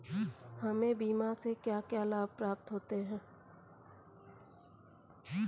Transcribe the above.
हमें बीमा से क्या क्या लाभ प्राप्त होते हैं?